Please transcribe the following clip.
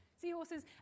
seahorses